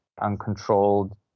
uncontrolled